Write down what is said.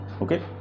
okay